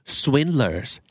swindlers